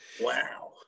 Wow